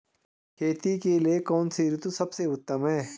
खेती के लिए कौन सी ऋतु सबसे उत्तम है?